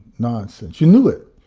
nonsense. you knew it.